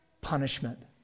punishment